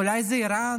אולי זה איראן?